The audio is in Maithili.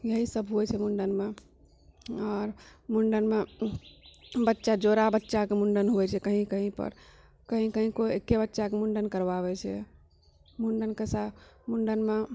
यहि सब होइ छै मुण्डनमे आर मुण्डनमे बच्चा जोड़ा बच्चाके मुण्डन होइ छै कहीं कहीं पर कहीं कही कोइ एके बच्चाके मुण्डन करबाबै छै मुण्डनके सँ मुण्डनमे